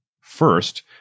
first